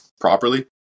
properly